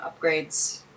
upgrades